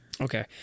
okay